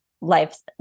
life's